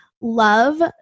love